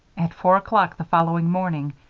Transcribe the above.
at four o'clock the following morning,